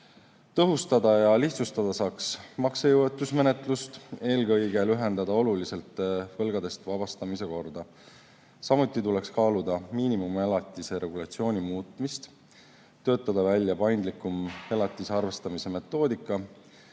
Tõhustada ja lihtsustada saaks maksejõuetusmenetlust, eelkõige lühendada oluliselt võlgadest vabastamise korda. Samuti tuleks kaaluda miinimumelatise regulatsiooni muutmist, töötada välja paindlikum elatise arvestamise metoodika,